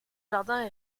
jardins